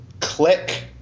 click